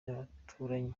n’abaturanyi